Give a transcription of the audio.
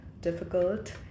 difficult